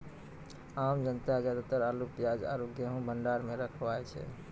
आम जनता ज्यादातर आलू, प्याज आरो गेंहूँ भंडार मॅ रखवाय छै